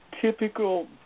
typical